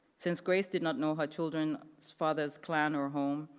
since grace did not know her children's father's clan or home,